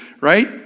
right